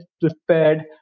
prepared